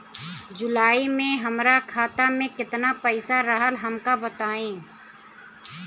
जुलाई में हमरा खाता में केतना पईसा रहल हमका बताई?